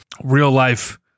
real-life